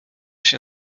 się